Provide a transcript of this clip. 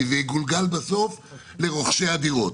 כי זה יגולגל בסוף לרוכשי הדירות.